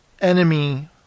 enemy